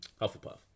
Hufflepuff